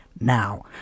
now